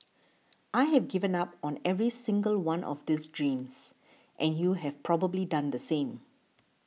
I have given up on every single one of these dreams and you have probably done the same